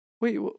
wait